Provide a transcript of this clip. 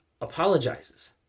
apologizes